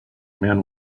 man